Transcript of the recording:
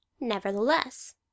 Nevertheless